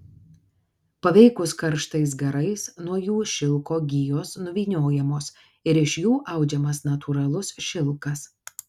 paveikus karštais garais nuo jų šilko gijos nuvyniojamos ir iš jų audžiamas natūralus šilkas